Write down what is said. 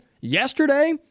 Yesterday